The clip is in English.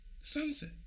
Sunset